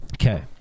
Okay